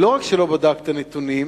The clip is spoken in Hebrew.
לא רק שלא בדק את הנתונים,